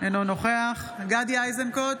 אינו נוכח גדי איזנקוט,